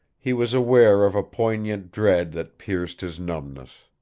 he was aware of a poignant dread that pierced his numbness.